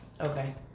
Okay